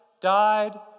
died